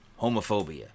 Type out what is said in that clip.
homophobia